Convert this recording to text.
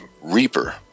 Reaper